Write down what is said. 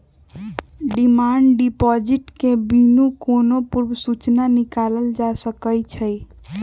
demand deposit के बिनु कोनो पूर्व सूचना के निकालल जा सकइ छै